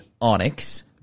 onyx